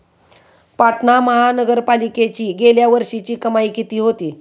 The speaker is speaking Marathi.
पाटणा महानगरपालिकेची गेल्या वर्षीची कमाई किती होती?